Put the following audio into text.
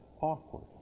awkward